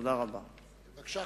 תודה רבה.